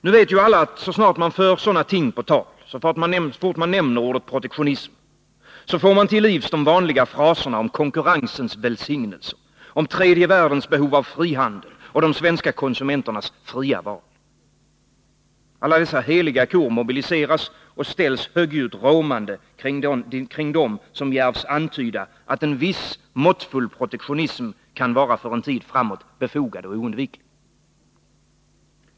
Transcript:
Nu vet ju alla att så snart man för sådana ting på tal, så fort man nämner ordet protektionism, får man till livs de vanliga fraserna om konkurrensens välsignelser, tredje världens behov av frihandel och de svenska konsumenternas fria val. Alla dessa heliga kor mobiliseras och ställs högljutt råmande kring dem som djärvs antyda att en viss, måttfull protektionism kan vara för en tid framåt befogad och oundviklig.